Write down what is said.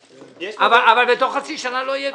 אדוני, יש פה -- אבל בתוך חצי שנה לא יהיה כלום.